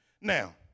Now